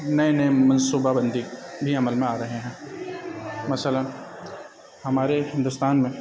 نئے نئے منصوبہ بندی بھی عمل میں آ رہے ہیں مثئلاً ہمارے ہندوستان میں